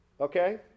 Okay